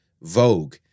Vogue